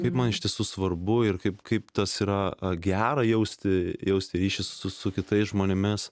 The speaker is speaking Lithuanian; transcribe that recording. kaip man iš tiesų svarbu ir kaip kaip tas yra gera jausti jausti ryšį su su kitais žmonėmis